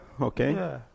Okay